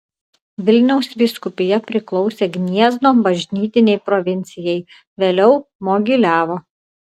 vilniaus vyskupija priklausė gniezno bažnytinei provincijai vėliau mogiliavo